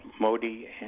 Modi